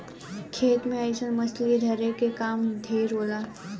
खेत मे अइसन मछली धरे के काम ढेर होला